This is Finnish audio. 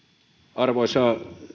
arvoisa